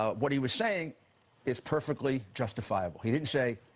ah what he was saying is perfectly justifiable. he didn't say,